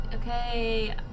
okay